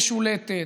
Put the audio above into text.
משולטת,